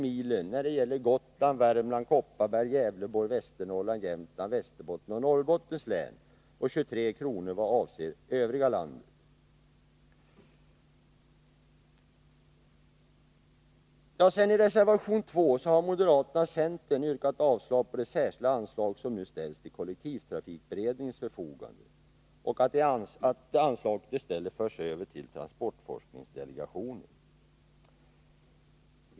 milen när det gäller Gotlands, Värmlands, Kopparbergs, Gävleborgs, Västernorrlands, Jämtlands, Västerbottens och Norrbottens län och 23 kr. vad avser övriga landet. I reservation 2 har moderaterna och centern yrkat avslag på det särskilda anslag som nu ställs till kollektivtrafikberedningens förfogande och att anslaget i stället förs över till transportforskningsdelegationen.